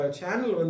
channel